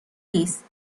نیست